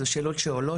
זה שאלות שעולות,